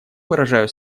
выражаю